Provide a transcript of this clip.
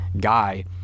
guy